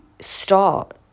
start